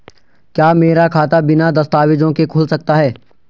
क्या मेरा खाता बिना दस्तावेज़ों के खुल सकता है?